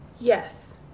Yes